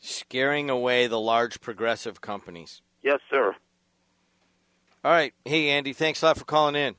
scaring away the large progressive companies yes sir all right hey andy thanks for calling in